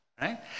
Right